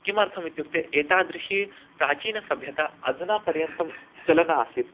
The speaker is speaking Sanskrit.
किमर्थमित्युक्ते एतादृशी प्राचीनसभ्यता अधुनापर्यन्तं चलन्ती आसीत्